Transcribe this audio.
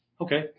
Okay